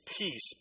peace